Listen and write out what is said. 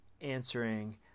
answering